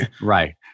Right